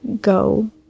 go